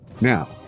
Now